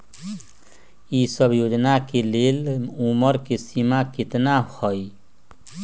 ई सब योजना के लेल उमर के सीमा केतना हई?